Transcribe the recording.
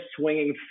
swinging